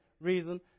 reason